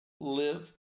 live